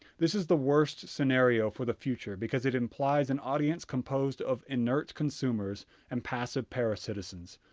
this is the worst scenario for the future because it implies an audience composed of inert consumers and passive paracitizens,